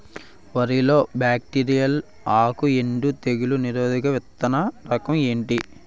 వరి లో బ్యాక్టీరియల్ ఆకు ఎండు తెగులు నిరోధక విత్తన రకం ఏంటి?